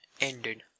ended